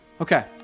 Okay